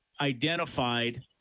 identified